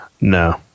No